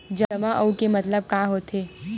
जमा आऊ के मतलब का होथे?